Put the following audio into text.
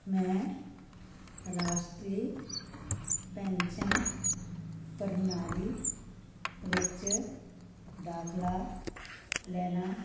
ਮੈਂ ਰਾਸ਼ਟਰੀ ਪੈਨਸ਼ਨ ਪ੍ਰਣਾਲੀ ਵਿੱਚ ਦਾਖਲਾ ਲੈਣਾ